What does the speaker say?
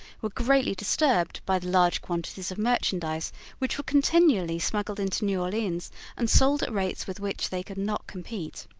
were greatly disturbed by the large quantities of merchandise which were continually smuggled into new orleans and sold at rates with which they could not compete.